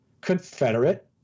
Confederate